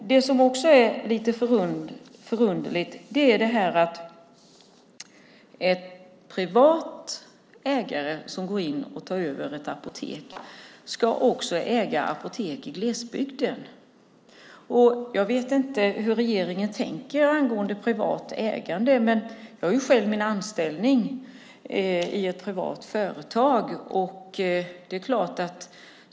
Det är lite underligt att en privat ägare som går in och tar över ett apotek också ska äga apotek i glesbygden. Jag vet inte hur regeringen tänker angående privat ägande. Jag har själv anställning i ett privat företag.